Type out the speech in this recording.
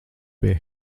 pie